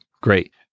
Great